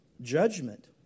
judgment